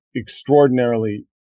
extraordinarily